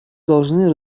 должны